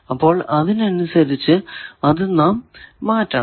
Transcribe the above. അപ്പോൾ അതിനനുസരിച്ചു അത് നാം മാറ്റണം